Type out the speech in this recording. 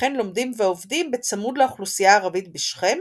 וכן לומדים ועובדים בצמוד לאוכלוסייה הערבית בשכם,